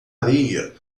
areia